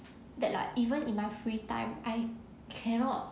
that like even in my free time I cannot